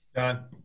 John